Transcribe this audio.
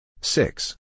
Six